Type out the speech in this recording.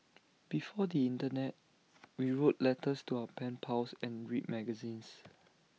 before the Internet we wrote letters to our pen pals and read magazines